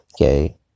Okay